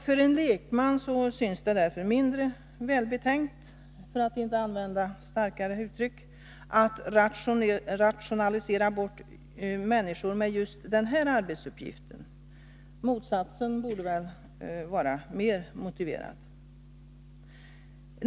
För en lekman synes det därför mindre välbetänkt, för att inte använda starkare uttryck, att rationalisera bort människor med just den här arbetsuppgiften. Motsatsen borde väl vara mer motiverad.